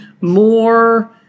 more